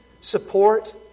support